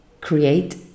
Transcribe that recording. create